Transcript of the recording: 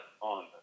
on